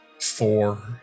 Four